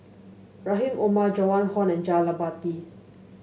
Rahim Omar Joan Hon and Jah Lelawati